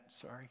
sorry